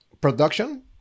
production